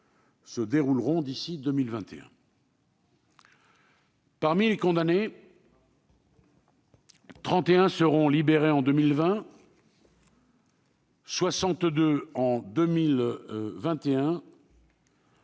se dérouleront d'ici à 2021. Parmi les condamnés, 31 seront libérés en 2020, 62 en 2021